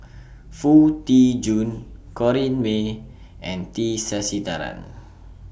Foo Tee Jun Corrinne May and T Sasitharan